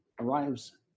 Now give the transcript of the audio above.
arrives